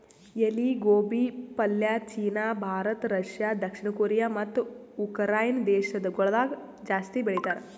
ಎಲಿ ಗೋಬಿ ಪಲ್ಯ ಚೀನಾ, ಭಾರತ, ರಷ್ಯಾ, ದಕ್ಷಿಣ ಕೊರಿಯಾ ಮತ್ತ ಉಕರೈನೆ ದೇಶಗೊಳ್ದಾಗ್ ಜಾಸ್ತಿ ಬೆಳಿತಾರ್